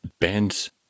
bands